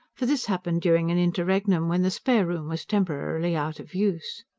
for this happened during an interregnum, when the spare room was temporarily out of use.